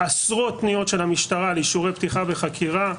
עשרות פניות של המשטרה לאישורי פתיחה בחקירה.